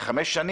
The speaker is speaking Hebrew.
אחרי חמש שנים,